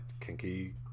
kinky